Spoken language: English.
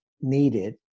needed